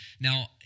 Now